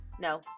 No